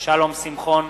שלום שמחון,